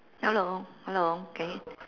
hello hello can yo~